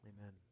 amen